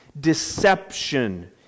Deception